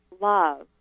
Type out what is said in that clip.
love